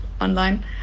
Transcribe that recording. online